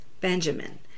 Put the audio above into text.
Benjamin